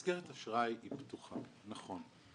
מסגרת אשראי היא פתוחה, נכון.